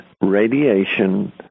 radiation